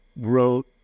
wrote